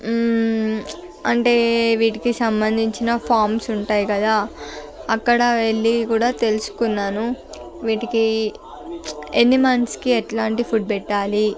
అంటే వీటికి సంబంధించిన ఉంటాయి కదా అక్కడ వెళ్ళి కూడా తెలుసుకున్నాను వీటికి ఎన్ని మంత్స్కి ఎట్లాంటి ఫుడ్ పెట్టాలి